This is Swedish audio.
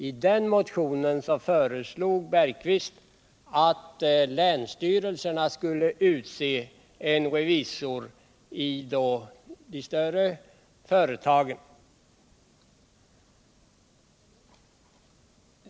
I den motionen föreslog Jan Bergqvist att länsstyrelserna skulle utse en revisor i de större företagen.